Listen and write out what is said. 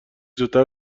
زودتر